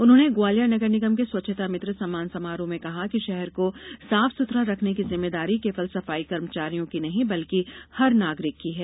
उन्होंने कल ग्वालियर नगरनिगम के स्वच्छता मित्र सम्मान समारोह में कहा कि शहर को साफ सुथरा रखने की जिम्मेदारी केवल सफाई कर्मचारियों की नहीं बल्कि हर नागरिक की है